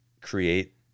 create